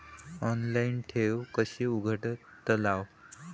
Online ठेव कशी उघडतलाव?